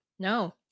No